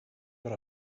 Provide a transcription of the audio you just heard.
got